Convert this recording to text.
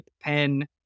pen